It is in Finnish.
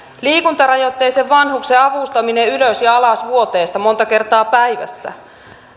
liikuntarajoitteisen vanhuksen avustaminen ylös ja alas vuoteesta monta kertaa päivässä